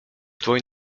dłoń